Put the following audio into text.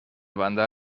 banda